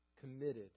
committed